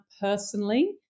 personally